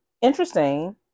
interesting